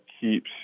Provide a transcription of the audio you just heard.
keeps